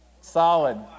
Solid